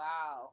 Wow